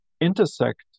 intersect